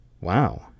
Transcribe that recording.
wow